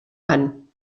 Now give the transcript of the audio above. van